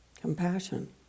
Compassion